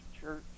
church